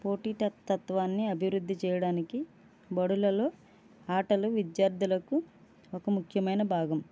పోటీ తత్వా తత్వాన్ని అభివృద్ధి చేయడానికి బడులలో ఆటలు విద్యార్థులకు ఒక ముఖ్యమైన భాగం